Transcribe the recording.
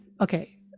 Okay